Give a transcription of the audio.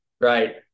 right